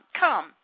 Come